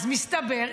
אז מסתבר,